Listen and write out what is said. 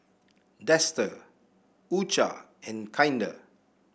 Dester U Cha and Kinder